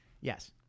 Yes